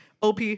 OP